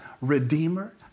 Redeemer